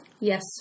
Yes